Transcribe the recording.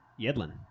Yedlin